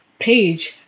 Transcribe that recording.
page